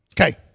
Okay